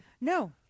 No